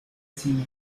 cine